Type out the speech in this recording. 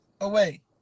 away